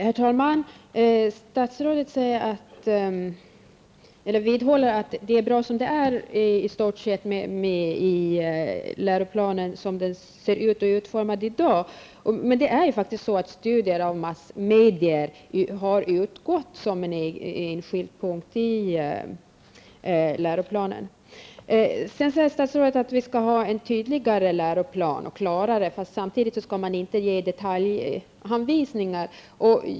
Herr talman! Statsrådet vidhåller att det i stort sett är bra som det är som läroplanen är utformad i dag. Men studier av massmedier har faktiskt utgått som en enskild punkt i läroplanen. Sedan säger statsrådet att vi skall ha en tydligare och klarare läroplan, men samtidigt skall man inte ge anvisningar i detalj.